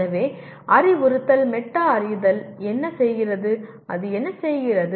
எனவே அறிவுறுத்தல் மெட்டா அறிதல் என்ன செய்கிறது அது என்ன செய்கிறது